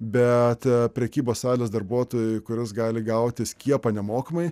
bet prekybos salės darbuotojui kuris gali gauti skiepą nemokamai